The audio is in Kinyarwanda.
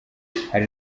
hari